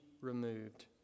removed